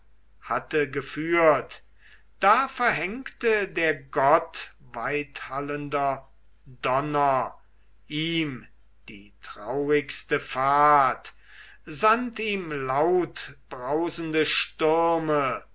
hatte geführt da verhängte der gott weithallender donner ihm die traurigste fahrt sandt ihm lautbrausende stürme